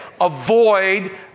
Avoid